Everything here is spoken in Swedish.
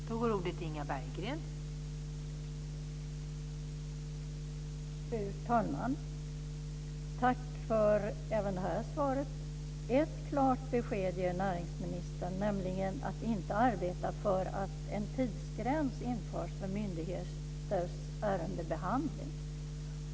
Fru talman! Jag tackar även för detta svar. Ett klart besked ger näringsministern, nämligen att inte arbeta för att en tidsgräns införs för myndigheters ärendebehandling.